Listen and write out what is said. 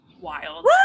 Wild